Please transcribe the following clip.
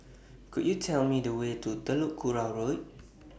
Could YOU Tell Me The Way to Telok Kurau Road